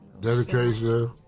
Dedication